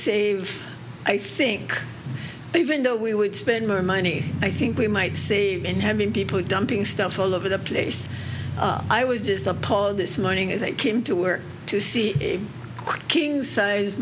save i think even though we would spend more money i think we might see in having people dumping stuff all over the place i was just appalled this morning as i came to work to see the king size